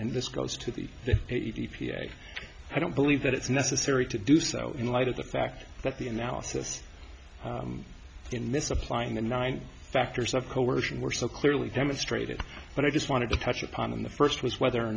and this goes to the e p a i don't believe that it's necessary to do so in light of the fact that the analysis in misapplying the nine factors of coercion were so clearly demonstrated but i just wanted to touch upon the first was